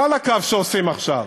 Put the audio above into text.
לא על הקו שעושים עכשיו,